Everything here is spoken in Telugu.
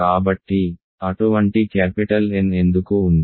కాబట్టి అటువంటి క్యాపిటల్ N ఎందుకు ఉంది